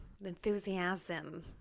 Enthusiasm